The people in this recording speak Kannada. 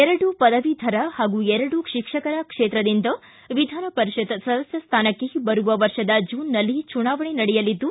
ಎರಡು ಪದವೀಧರ ಹಾಗೂ ಎರಡು ಶಿಕ್ಷಕರ ಕ್ಷೇತ್ರದಿಂದ ವಿಧಾನ ಪರಿಷತ್ ಸದಸ್ಯ ಸ್ಥಾನಕ್ಕೆ ಬರುವ ವರ್ಷದ ಜೂನ್ನಲ್ಲಿ ಚುನಾವಣೆ ನಡೆಯಲಿದ್ದು